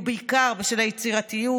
ובעיקר בשל היצירתיות,